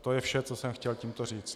To je vše, co jsem chtěl tímto říct.